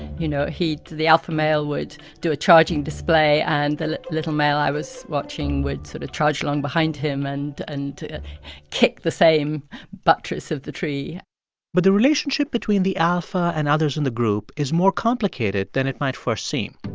you know, he the alpha male would do a charging display and the little male i was watching would sort of trudge along behind him and and kick the same buttress of the tree but the relationship between the alpha and others in the group is more complicated than it might first seem.